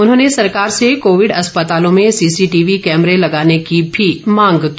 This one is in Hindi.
उन्होंने सरकार से कोविड अस्पतालों में सीसीटीवी कैमरे लगाने की भी मांग की